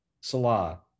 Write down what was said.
Salah